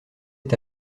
est